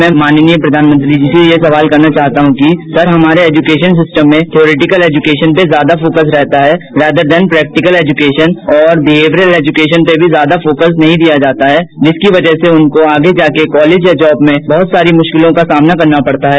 मैं माननीय प्रघानमंत्री जी से यह सवाल करना चाहता हूं कि सर हमारे एजुकेशन सिस्टम में थ्योरिटिकल एजुकेशन में ज्यादा फोकस रहता है वेदरदैन प्रैक्टिकल एजुकेशन और बिहेव्यर एजुकेशन पर ज्यादा फ्रोक्स नहीं दिया जाता है जिसकी वजह से उनको आगे जाकर कॉलेज और जॉब में बहुत सारी मुश्किलों का सामना करना पड़ता है